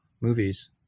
movies